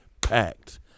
packed